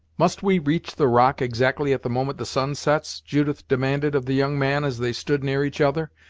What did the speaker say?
must we reach the rock exactly at the moment the sun sets? judith demanded of the young man, as they stood near each other,